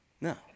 No